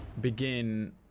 begin